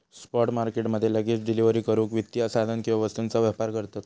spot market मध्ये लगेच delivery करूक वित्तीय साधन किंवा वस्तूंचा व्यापार करतत